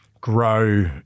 Grow